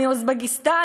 מאוזבקיסטן.